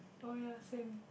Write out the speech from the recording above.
oh ya same